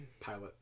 pilot